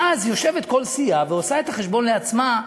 ואז יושבת כל סיעה ועושה את החשבון לעצמה,